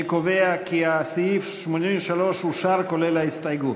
אני קובע כי סעיף 83 אושר, כולל ההסתייגות.